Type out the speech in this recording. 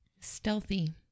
Stealthy